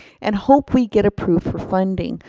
and hope we get approved for funding.